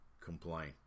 complain